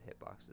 hitboxes